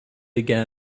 again